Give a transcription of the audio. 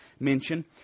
Mention